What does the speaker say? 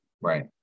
Right